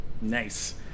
Nice